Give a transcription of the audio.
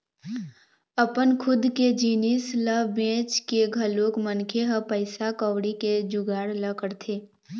अपन खुद के जिनिस ल बेंच के घलोक मनखे ह पइसा कउड़ी के जुगाड़ ल करथे